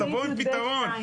תבואו עם פתרון.